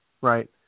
Right